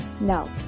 No